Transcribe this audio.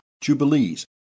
Jubilees